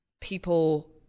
people